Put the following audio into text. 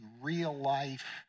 real-life